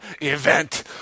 event